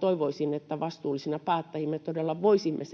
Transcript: Toivoisin, että vastuullisina päättäjinä me todella voisimme sen